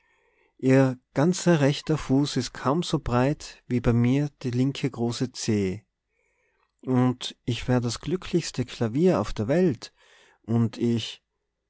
ihr ganzer rechter fuß is kaum so breit wie bei mir die linke große zeh und ich wär das glücklichste klavier auf der welt und ich